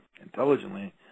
intelligently